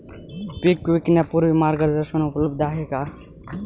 पीक विकण्यापूर्वी मार्गदर्शन उपलब्ध आहे का?